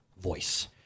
voice